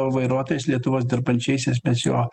vairuotojas lietuvos dirbančiaisiais mes jo